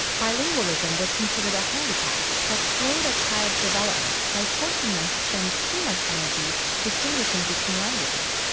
bilingualism was considered a handicap that slowed a child's development by forcing them to spend too much energy distinguishing between languages,